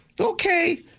Okay